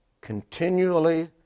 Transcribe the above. Continually